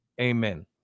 Amen